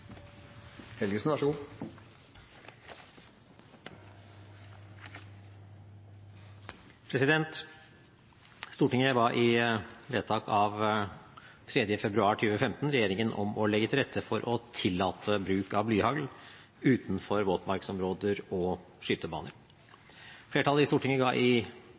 Stortinget ba i vedtak av 3. februar 2015 regjeringen om å legge til rette for å tillate bruk av blyhagl utenfor våtmarksområder og skytebaner. Flertallet i Stortinget ga i